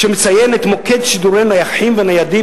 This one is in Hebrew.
שמציין את מוקד שידורי הנייחים והניידים